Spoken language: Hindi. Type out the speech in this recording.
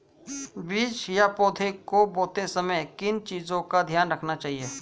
बीज या पौधे को बोते समय किन चीज़ों का ध्यान रखना चाहिए?